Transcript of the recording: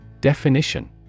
Definition